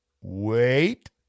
wait